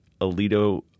Alito